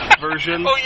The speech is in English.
version